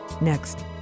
Next